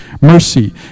mercy